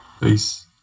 Peace